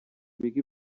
بگی